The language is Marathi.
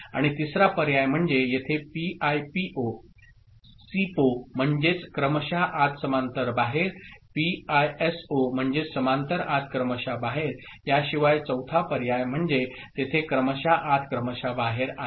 आणि तिसरा पर्याय म्हणजे येथे पीआयपीओ सिपो म्हणजेच क्रमशः आत समांतर बाहेर पीआयएसओ म्हणजेच समांतर आत क्रमशः बाहेर याशिवाय चौथा पर्याय म्हणजे तेथे क्रमशः आत क्रमशः बाहेर आहे